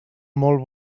molt